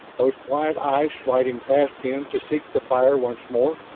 those quiet eyes sliding past him to seek the fire once more.